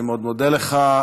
אני מאוד מודה לך.